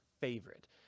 favorite